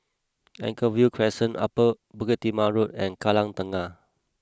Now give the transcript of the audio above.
Anchorvale Crescent Upper Bukit Timah Road and Kallang Tengah